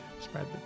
spread